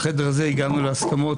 בחדר הזה הגענו להסכמות,